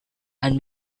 and